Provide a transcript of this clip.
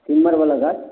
सिमर बला गाछ